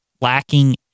lacking